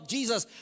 Jesus